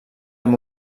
amb